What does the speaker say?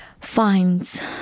finds